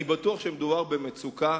אני בטוח שמדובר במצוקה